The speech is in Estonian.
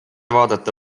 vaadata